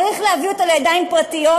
צריך להביא אותה לידיים פרטיות,